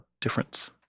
difference